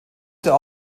der